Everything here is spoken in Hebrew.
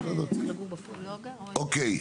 אוקיי.